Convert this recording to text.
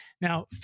Now